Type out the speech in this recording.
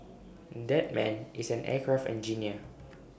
that man is an aircraft engineer